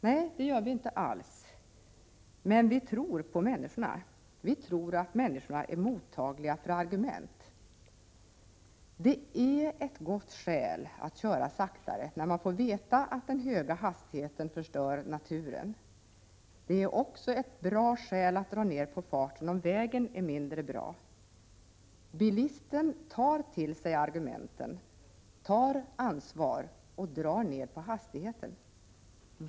Nej, det gör vi inte alls, men vi tror på människorna — vi tror att människor är mottagliga för argument. Det är ett gott skäl att köra saktare när man får veta att den höga hastigheten förstör naturen. Det är också ett bra skäl att dra ner på farten om vägen är mindre bra. Bilisten tar till sig argumenten, tar ansvar och drar ner hastigheten.